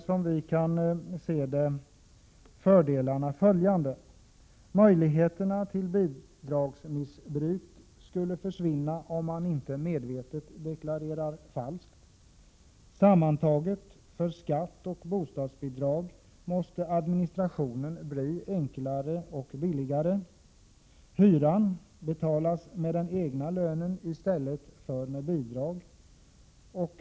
Som vi ser det är fördelarna följande. Möjligheterna till bidragsmissbruk skulle försvinna, om man inte medvetet deklarerar falskt. Administrationen måste sammantaget bli enklare och billigare när det gäller skatt och bostadsbidrag. Hyran skulle betalas med den egna lönen i stället för med bidrag.